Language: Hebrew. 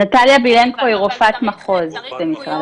נטליה בילנקו היא רופאת מחוז דרום.